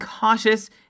cautious